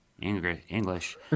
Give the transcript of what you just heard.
English